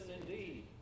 indeed